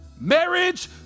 Marriage